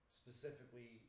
specifically